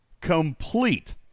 complete